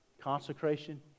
Consecration